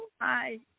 Hi